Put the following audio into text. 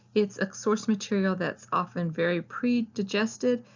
it's a source material that's often very predigested.